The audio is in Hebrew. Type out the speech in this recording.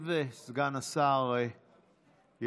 אני